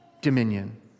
dominion